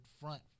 front